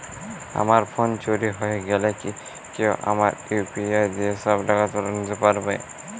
আমার ফোন চুরি হয়ে গেলে কি কেউ আমার ইউ.পি.আই দিয়ে সব টাকা তুলে নিতে পারবে?